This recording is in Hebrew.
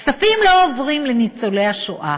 הכספים לא עוברים לניצולי השואה,